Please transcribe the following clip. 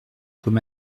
comme